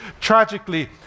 tragically